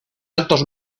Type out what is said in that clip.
altos